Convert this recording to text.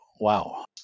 Wow